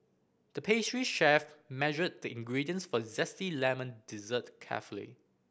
the pastry chef measured the ingredients for a zesty lemon dessert carefully